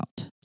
out